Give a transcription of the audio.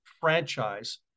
franchise